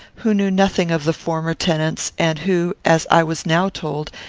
who knew nothing of the former tenants, and who, as i was now told,